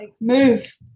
move